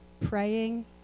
praying